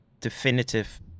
definitive